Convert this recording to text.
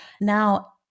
now